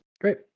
Great